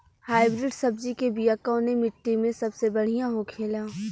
Hybrid सब्जी के बिया कवने मिट्टी में सबसे बढ़ियां होखे ला?